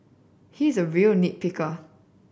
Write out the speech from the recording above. he is a real nit picker